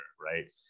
right